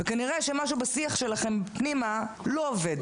כנראה שמשהו בשיח שלכם פנימה לא עובד.